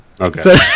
Okay